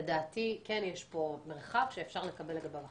לדעתי יש פה מרחב שאפשר לקבל לגביו החלטה,